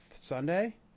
Sunday